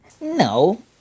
No